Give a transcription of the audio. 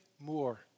more